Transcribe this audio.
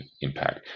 impact